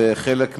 וחלק מהן,